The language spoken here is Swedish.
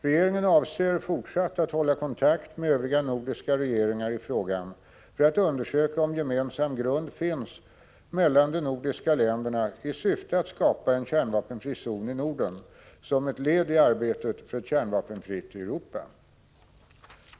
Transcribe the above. Regeringen avser att fortsatt hålla kontakt med Övriga nordiska regeringar i frågan för att undersöka om gemensam grund finns mellan de nordiska länderna i syfte att skapa en kärnvapenfri zon i Norden som ett led i arbetet för ett kärnvapenfritt Europa.